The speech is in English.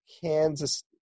Kansas –